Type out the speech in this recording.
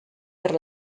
per